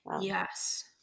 Yes